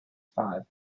five